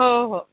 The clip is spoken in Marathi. हो हो